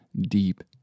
deep